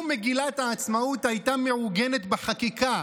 לו מגילת העצמאות הייתה מעוגנת בחקיקה,